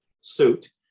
suit